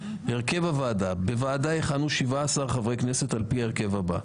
הרכב הוועדה: בוועדה יכהנו 17 חברי כנסת על פי ההרכב הבא: